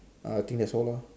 uh think that's all lor